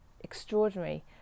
extraordinary